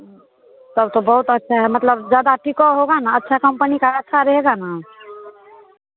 तब तो बहुत अच्छा है मतलब ज़्यादा टिकाऊ होगा ना अच्छा कम्पनी का अच्छा रहेगा ना